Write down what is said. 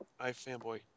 ifanboy